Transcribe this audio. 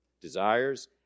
Desires